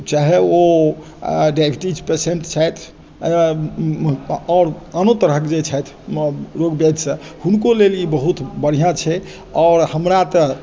चाहे ओ diabetes patient छथि आओर आनो तरहक जे छथि रोग व्याधि सभ हुनको लेल ई बहुत बढ़िऑं छै आओर हमरा तऽ